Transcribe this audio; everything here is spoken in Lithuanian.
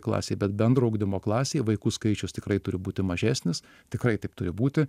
klasė bet bendro ugdymo klasėj vaikų skaičius tikrai turi būti mažesnis tikrai taip turi būti